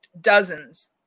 dozens